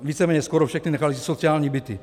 Víceméně skoro všechny, nechalo si sociální byty.